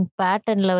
pattern